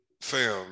fam